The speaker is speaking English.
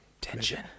Tension